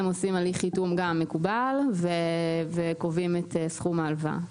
הם עושים הליך חיתום מקובל וקובעים את סכום ההלוואה.